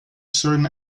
certain